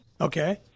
Okay